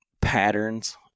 patterns